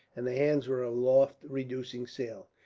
and the hands were aloft reducing sail.